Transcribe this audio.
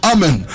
Amen